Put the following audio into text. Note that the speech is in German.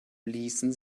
ließen